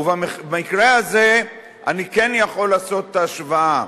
ובמקרה הזה אני כן יכול לעשות את ההשוואה,